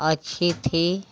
अच्छी थी